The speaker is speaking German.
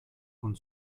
von